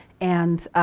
and,